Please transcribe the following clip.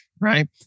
right